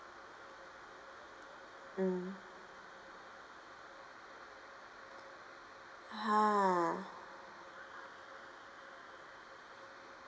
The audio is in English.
mm !huh!